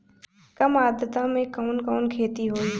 कम आद्रता में कवन कवन खेती होई?